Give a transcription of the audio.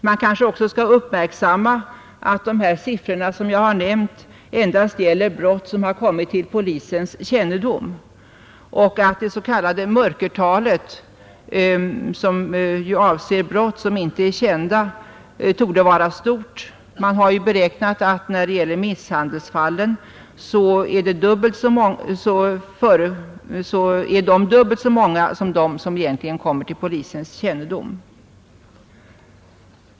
Man kanske också skall uppmärksamma att de siffror som jag har nämnt endast gäller brott, som har kommit till polisens kännedom, och att det s.k. mörkertalet, som avser brott som inte är kända, torde vara stort. Man beräknar att när det gäller misshandelsfallen så är de egentligen dubbelt så många som de som kommer till polisens kännedom.